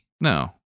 No